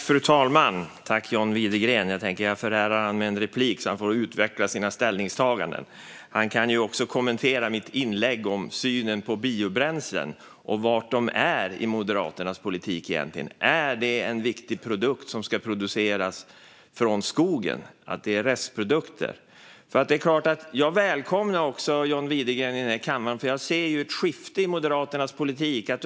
Fru talman! Jag tänkte förära John Widegren en replik så att han får utveckla sina ställningstaganden. Han kan också kommentera mitt inlägg om synen på biobränslen och var de egentligen är i Moderaternas politik. Är det en viktig produkt som ska produceras från skogen - en restprodukt? Jag välkomnar John Widegren i den här kammaren, för jag ser ett skifte i Moderaternas politik.